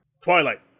Twilight